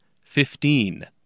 Fifteen